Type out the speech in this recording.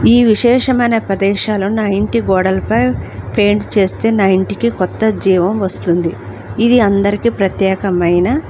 ఈ విశేషమైన ప్రదేశాలు నా ఇంటి గోడలపై పెయింట్ చేస్తే నా ఇంటికి కొత్త జీవం వస్తుంది ఇది అందరికీ ప్రత్యేకమైన